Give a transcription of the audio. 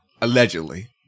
allegedly